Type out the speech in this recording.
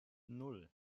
nan